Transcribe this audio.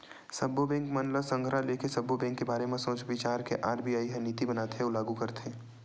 सब्बो बेंक मन ल संघरा लेके, सब्बो बेंक के बारे म सोच बिचार के आर.बी.आई ह नीति बनाथे अउ लागू करथे